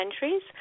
countries